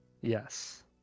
Yes